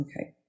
Okay